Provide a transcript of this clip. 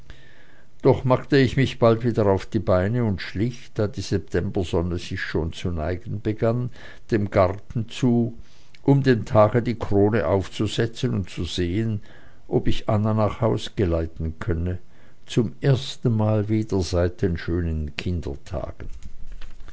doch machte ich mich bald wieder auf die beine und schlich da die septembersonne sich schon zu neigen begann dem garten zu um dem tage die krone aufzusetzen und zu sehen ob ich anna nach hause geleiten könnte zum ersten male wieder seit den schönen kindertagen